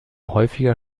häufiger